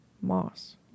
moss